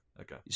okay